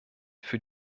für